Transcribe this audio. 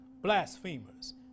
blasphemers